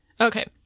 Okay